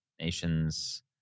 nations